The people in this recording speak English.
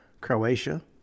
Croatia